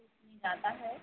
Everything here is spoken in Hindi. जाता है